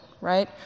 right